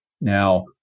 Now